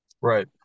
right